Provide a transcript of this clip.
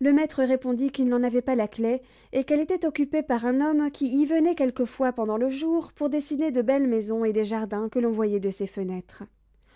le maître répondit qu'il n'en avait pas la clef et qu'elle était occupée par un homme qui y venait quelquefois pendant le jour pour dessiner de belles maisons et des jardins que l'on voyait de ses fenêtres